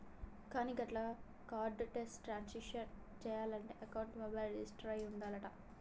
కానీ గట్ల cardless transaction చేయాలంటే అకౌంట్ మొబైల్ రిజిస్టర్ అయి ఉండాలంట